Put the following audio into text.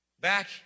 Back